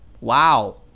wow